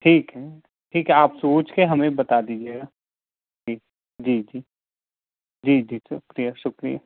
ठीक है ठीक है आप सोच के हमें बता दीजिएगा जी जी जी जी जी शुक्रिया शुक्रिया